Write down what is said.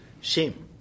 shame